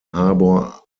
harbor